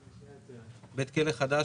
מגידו.